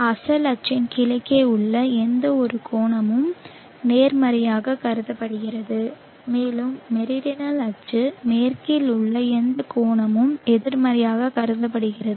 அசல் அச்சின் கிழக்கே உள்ள எந்தவொரு கோணமும் நேர்மறையாகக் கருதப்படுகிறது மேலும் மெரிடனல் அச்சின் மேற்கில் உள்ள எந்த கோணமும் எதிர்மறையாகக் கருதப்படுகிறது